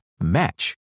match